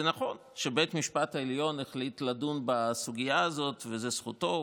זה נכון שבית המשפט העליון החליט לדון בסוגיה הזאת וזו זכותו,